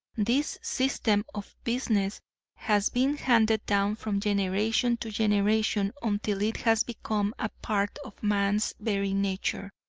this system of business has been handed down from generation to generation until it has become a part of man's very nature.